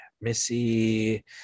Missy